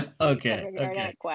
Okay